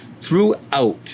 throughout